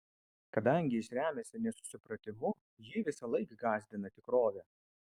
kadangi jis remiasi nesusipratimu jį visąlaik gąsdina tikrovė